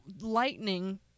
Lightning